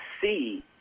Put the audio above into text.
see